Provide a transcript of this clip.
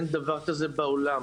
אין דבר כזה בעולם.